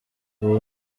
ubu